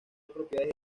propiedades